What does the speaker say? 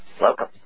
Welcome